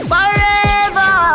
Forever